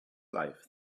life